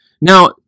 now